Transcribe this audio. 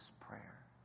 prayer